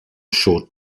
short